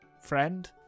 friend